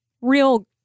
real